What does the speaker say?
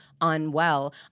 unwell